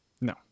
No